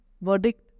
verdict